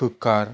cooker